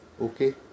okay